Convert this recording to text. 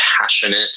passionate